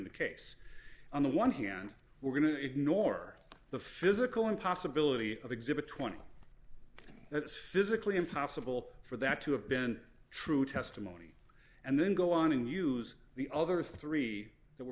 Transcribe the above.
the case on the one hand we're going to ignore the physical impossibility of exhibit twenty that's physically impossible for that to have been true testimony and then go on to use the other three that were